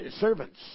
servants